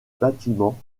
bâtiments